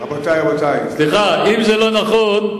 זה לא נכון.